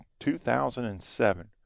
2007